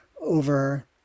over